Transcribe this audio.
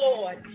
Lord